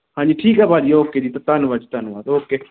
ਹਾਂਜੀ ਠੀਕ ਆ ਭਾਅ ਜੀ ਓਕੇ ਜੀ ਧ ਧੰਨਵਾਦ ਜੀ ਧੰਨਵਾਦ ਓਕੇ